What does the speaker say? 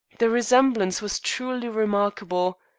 the resemblance was truly remarkable.